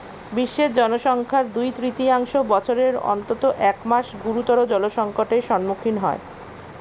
বিশ্বের জনসংখ্যার দুই তৃতীয়াংশ বছরের অন্তত এক মাস গুরুতর জলসংকটের সম্মুখীন হয়